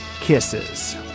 kisses